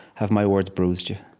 have my words bruised you.